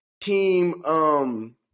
Team